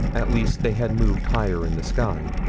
at least, they had moved higher in the sky.